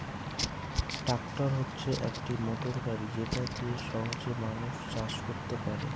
tractor হচ্ছে একটি motor গাড়ি যেটা দিয়ে সহজে মানুষ চাষ করতে পারে